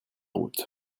route